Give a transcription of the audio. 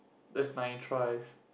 that's nine tries